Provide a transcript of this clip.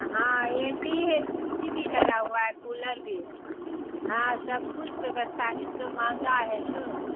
हाँ A C एक A C भी लगा हुआ है कूलर भी है हाँ सब कुछ व्यवस्था है सो महंगा है तो